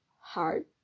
hard